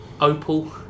Opal